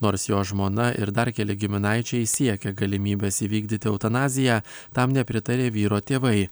nors jo žmona ir dar keli giminaičiai siekė galimybės įvykdyti eutanaziją tam nepritarė vyro tėvai